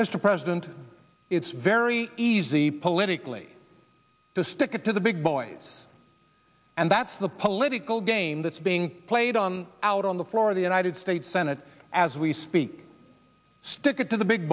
mr president it's very easy politically to stick it to the big boys and that's the political game that's being played on out on the floor of the united states senate as we speak stick it to the big